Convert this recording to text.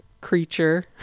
creature